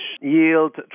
yield